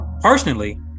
personally